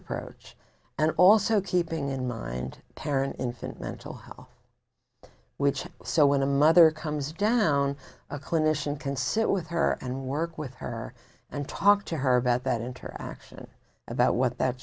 choice and also keeping in mind parent infant mental health which so when the mother comes down a clinician can sit with her and work with her and talk to her about that interaction about what that